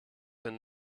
been